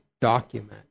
document